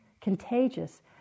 contagious